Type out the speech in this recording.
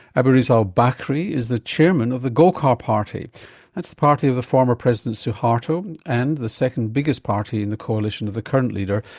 aburizal bakrie is the chairman of the golkar party that's the party of the former president suharto and the second biggest party in the coalition of the current leader,